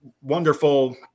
wonderful